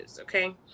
Okay